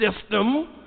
system